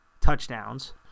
touchdowns